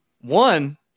One